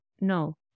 No